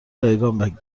رایگان